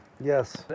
Yes